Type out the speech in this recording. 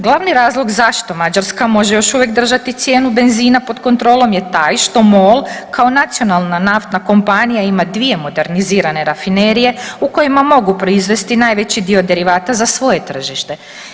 Glavni razlog zašto Mađarska može još uvijek držati cijenu benzina pod kontrolom je taj što MOL, kao nacionalna naftna kompanija ima dvije modernizirane rafinerije u kojima mogu proizvesti najveći dio derivata za svoje tržište.